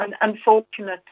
unfortunately